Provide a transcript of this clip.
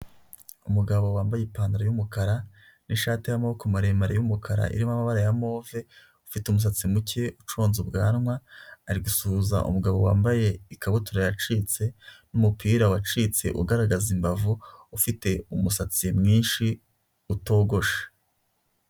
Umugabo wambaye ipantaro yumukara n'ishati yamaboko maremare y'umukara irimo amabara ya move, ufite umusatsi muke ucunze ubwanwa ari gusuhuza umugabo wambaye ikabutura yacitse n'umupira wacitse ugaragaza imbavu ufite umusatsi mwinshi utogoshe.